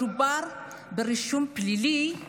ועוד יותר כשמדובר ברישום פלילי.